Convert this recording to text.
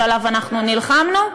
שעליו אנחנו נלחמנו?